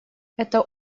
это